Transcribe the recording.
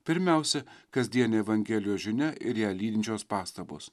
pirmiausia kasdienė evangelijos žinia ir ją lydinčios pastabos